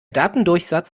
datendurchsatz